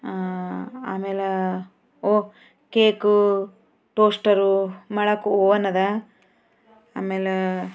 ಆಮೇಲೆ ಓ cake toaster ಮಳಕುವು ಅನ್ನೋದು ಆಮೇಲೆ